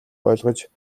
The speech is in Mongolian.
ойлгож